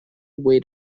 wait